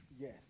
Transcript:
Yes